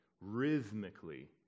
rhythmically